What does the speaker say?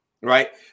right